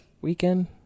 weekend